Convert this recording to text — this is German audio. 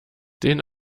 den